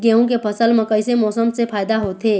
गेहूं के फसल म कइसे मौसम से फायदा होथे?